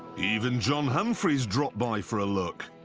even john humphrys dropped by for a look.